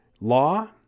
law